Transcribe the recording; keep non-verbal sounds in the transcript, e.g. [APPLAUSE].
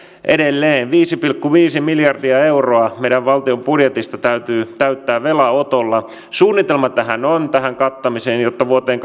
edelleen viisi pilkku viisi miljardia euroa meidän valtion budjetista täytyy täyttää velanotolla suunnitelma tähän kattamiseen on jotta vuoteen [UNINTELLIGIBLE]